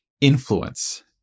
influence